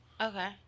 Okay